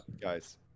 guys